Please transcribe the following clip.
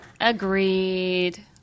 Agreed